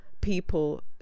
people